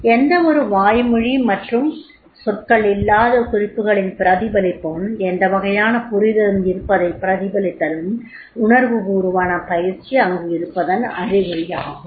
எந்தவொரு வாய்மொழி மற்றும் சொற்கள் இல்லாத குறிப்புகளின் பிரதிபலிப்பும் எந்த வகையான புரிதலும் இருப்பதைப் பிரதிபலித்தலும் உணர்வுபூர்வமான பயிற்சி அங்கு இருப்பதன் அறிகுறியாகும்